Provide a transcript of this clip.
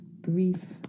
grief